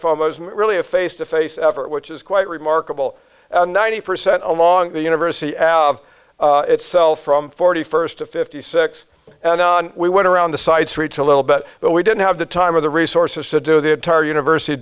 most really a face to face effort which is quite remarkable ninety percent along the universe itself from forty first to fifty six and we went around the side streets a little bit but we didn't have the time of the resources to do the entire university